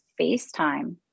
FaceTime